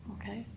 Okay